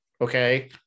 okay